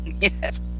Yes